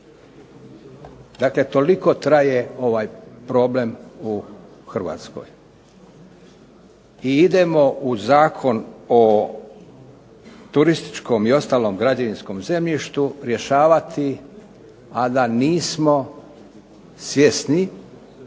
Dakle, toliko traje ovaj problem u Hrvatskoj. I idemo u Zakon o turističkom i ostalom građevinskom zemljištu rješavati a da nismo svjesni